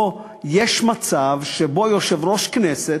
יש מצב שבו יושב-ראש כנסת,